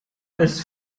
als